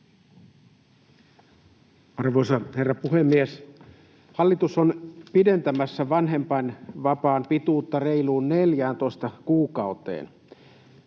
Arvoisa herra puhemies! Hallitus on pidentämässä vanhempainvapaan pituutta reiluun 14 kuukauteen.